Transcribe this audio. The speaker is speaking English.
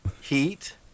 heat